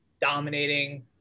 dominating